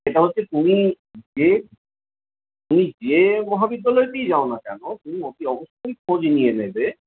সেটা হচ্ছে তুমি যে তুমি যে মহাবিদ্যালয়তেই যাও না কেন তুমি অতি অবশ্যই খোঁজ নিয়ে নেবে